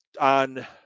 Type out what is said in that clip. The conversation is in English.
on